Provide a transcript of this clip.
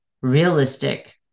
realistic